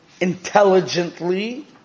intelligently